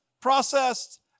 processed